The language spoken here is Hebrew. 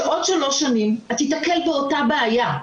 שעוד שלוש שנים תיתקל באותה בעיה,